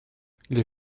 les